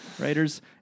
Writers